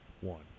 one